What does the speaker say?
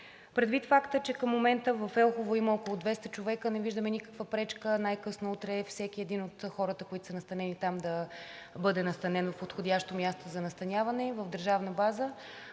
предвид факта, че към момента в Елхово има около 200 човека, не виждаме никаква пречка най-късно утре всеки един от хората, които са настанени там, да бъде настанен в подходящо място за настаняване в държавна база.